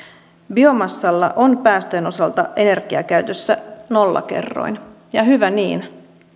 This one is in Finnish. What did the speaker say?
biomassalla on päästöjen osalta energiakäytössä nollakerroin ja hyvä niin